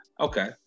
Okay